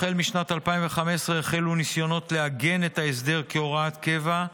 החל משנת 2015 החלו ניסיונות לעגן את ההסדר כהוראת קבע,